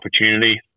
opportunity